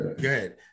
Good